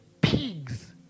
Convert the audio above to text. pigs